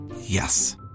Yes